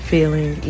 Feeling